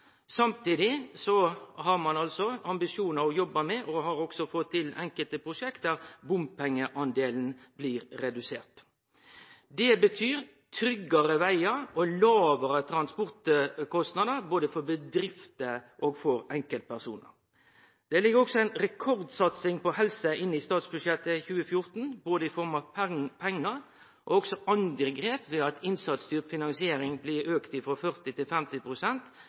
Samtidig har ein ambisjonar å jobbe med, og ein har også fått til enkelte prosjekt der bompengedelen blir redusert. Det betyr tryggare vegar og lågare transportkostnader både for bedrifter og for enkeltpersonar. Det ligg også ei rekordsatsing på helse inne i statsbudsjettet for 2014 både i form av pengar og andre grep, ved at innsatsstyrt finansiering blir auka frå 40 til